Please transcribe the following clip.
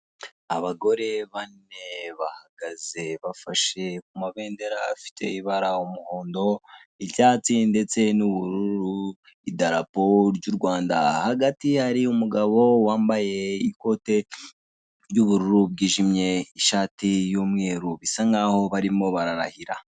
Abagore bane bahagaze bafashe ku mabendera afite ibara umuhondo, icyatsi ndetse n'ubururu idarapo ry'u Rwanda, hagati hari umugabo wambaye ikote ry'ubururu bwijimye, ishati y'umweru bisa nkaho barimo bararahira.